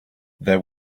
there